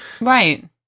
Right